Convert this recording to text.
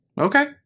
Okay